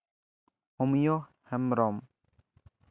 ᱚᱢᱤᱭᱚ Hembrom